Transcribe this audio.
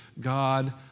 God